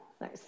Nice